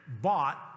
bought